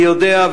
אני יודע,